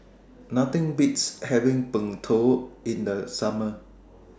Nothing Beats having Png Tao in The Summer